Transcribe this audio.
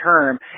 term